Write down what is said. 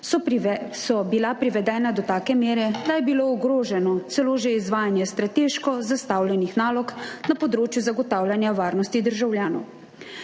so bila privedena do take mere, da je bilo ogroženo že celo izvajanje strateško zastavljenih nalog na področju zagotavljanja varnosti državljanov.